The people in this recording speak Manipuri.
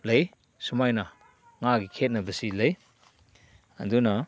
ꯂꯩ ꯁꯨꯃꯥꯏꯅ ꯉꯥꯒꯤ ꯈꯦꯠꯅꯕꯁꯤ ꯂꯩ ꯑꯗꯨꯅ